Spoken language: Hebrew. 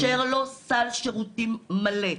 לאפשר לו סל שירותים מלא,